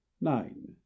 nine